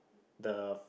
the